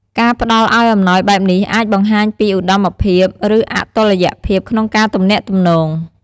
ការផ្តល់ឱ្យអំណោយបែបនេះអាចបង្ហាញពីឧត្តមភាព ឬអតុល្យភាពក្នុងការទំនាក់ទំនង។